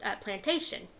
Plantation